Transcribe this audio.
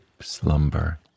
slumber